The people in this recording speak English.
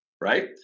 right